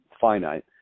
finite